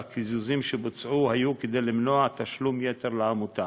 והקיזוזים שבוצעו היו כדי למנוע תשלום יתר לעמותה.